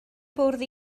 bwrdd